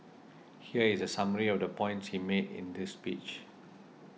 here is a summary of the points he made in his speech